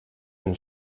been